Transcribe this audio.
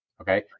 Okay